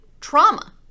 trauma